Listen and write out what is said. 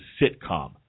sitcom